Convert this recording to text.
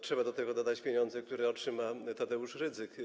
Trzeba do tego dodać pieniądze, które otrzyma Tadeusz Rydzyk.